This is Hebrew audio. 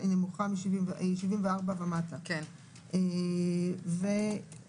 היום זה עומד על 5,300. זה יהיה 5,600. עם 5,600,